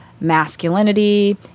masculinity